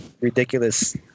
ridiculous